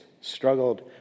struggled